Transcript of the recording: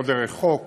או דרך חוק